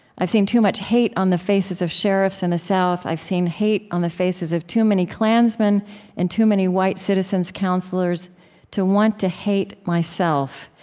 i've seen too much hate on the faces of sheriffs in the south. i've seen hate on the faces of too many klansmen and too many white citizens councilors to want to hate myself,